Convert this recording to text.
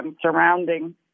surrounding